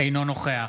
אינו נוכח